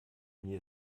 mir